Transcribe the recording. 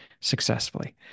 successfully